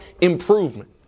improvement